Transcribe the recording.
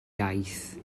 iaith